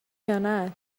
یانه